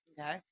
Okay